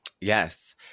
Yes